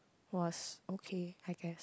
was okay I guess